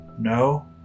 No